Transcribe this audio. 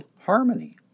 harmony